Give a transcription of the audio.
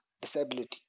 disability